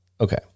Okay